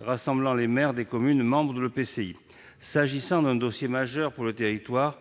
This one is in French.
rassemblant les maires des communes membres de l'EPCI. Il s'agit d'un dossier majeur pour le territoire,